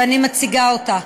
ואני מציגה אותה.